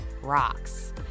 rocks